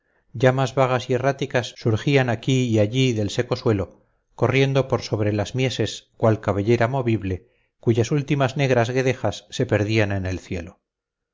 perspectiva llamas vagas y erráticas surgían aquí y allí del seco suelo corriendo por sobre las mieses cual cabellera movible cuyas últimas negras guedejas se perdían en el cielo